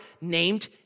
named